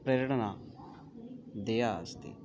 प्रेरणा देया अस्ति